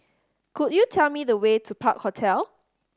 could you tell me the way to Park Hotel